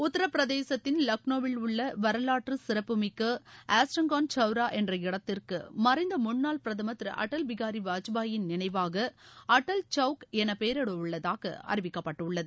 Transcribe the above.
உத்தரப்பிரதேசத்தின் லக்னோவில் உள்ள வரலாற்று சிறப்பு மிக்க அஸ்ட்ராக் ஐன் சவ்ரா என்ற இடத்திற்கு மறைந்த முன்னாள் பிரதமர் திரு அடல் பிஹாரி வாஜ்பாயின் நினைவாக அடல் சவுக் எனப் பெயரிடவுள்ளதாக அறிவிக்கப்படவுள்ளது